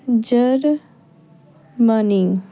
Germany